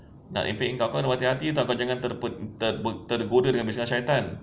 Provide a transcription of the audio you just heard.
nak himpit kau kau berhati-hati [tau] kau jangan terpen~ terben~ tergoda dengan bisikan syaitan